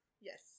Yes